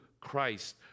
Christ